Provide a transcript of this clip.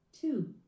Two